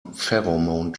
pheromone